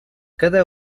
cada